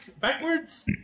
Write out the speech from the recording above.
Backwards